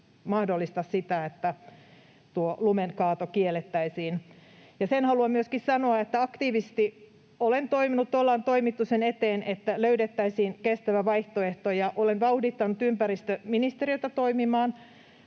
mahdollista sitä, että tuo lumenkaato kiellettäisiin. Sen haluan myöskin sanoa, että aktiivisesti olen toiminut ja ollaan toimittu sen eteen, että löydettäisiin kestävä vaihtoehto. Olen vauhdittanut ympäristöministeriötä toimimaan